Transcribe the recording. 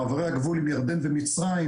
במעברי הגבול עם ירדן ומצרים,